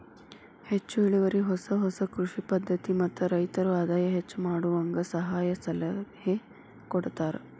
ಹೆಚ್ಚು ಇಳುವರಿ ಹೊಸ ಹೊಸ ಕೃಷಿ ಪದ್ಧತಿ ಮತ್ತ ರೈತರ ಆದಾಯ ಹೆಚ್ಚ ಮಾಡುವಂಗ ಸಹಾಯ ಸಲಹೆ ಕೊಡತಾರ